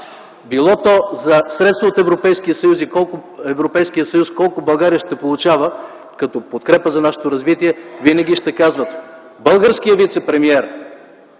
било за средства от Европейския съюз и колко от тях ще получава България в подкрепа за нашето развитие, винаги ще казват: „Българския вицепремиер,